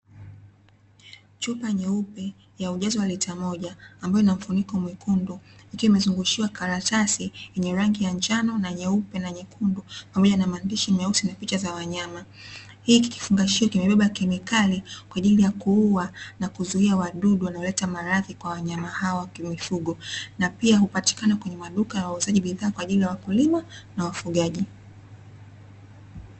Chupa nyeupe ya ujazo wa lita moja ambayo ina mfuniko mwekundu, ikiwa imezungushiwa karatasi yenye rangi ya njano, na nyeupe na nyekundu, pamoja na maandishi meusi yenye picha za wanyama. Hiki kifungashio kimebeba kemikali kwa ajili ya kuua, na kuzuia wadudu wanaoleta maradhi kwa wanyama hawa wakiwa mifugo, na pia hupatikana kwenye maduka ya wauzaji bidhaa kwa wakulima na wafugaji.